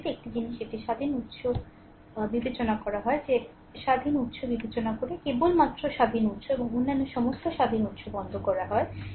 একটি জিনিস একটি স্বাধীন উত্স বিবেচনা করা হয় যে একবারে একটি স্বাধীন উত্স বিবেচনা করে একবারে কেবলমাত্র একটি স্বাধীন উত্স এবং অন্যান্য সমস্ত স্বাধীন উত্স বন্ধ হয়ে যায়